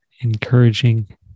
encouraging